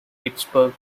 pittsburgh